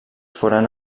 foren